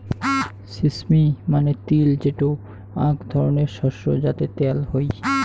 sesame মানে তিল যেটো আক ধরণের শস্য যাতে ত্যাল হই